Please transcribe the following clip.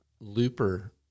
Looper